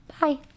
bye